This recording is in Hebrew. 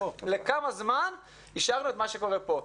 לכמה זמן אישרנו את מה שקורה פה.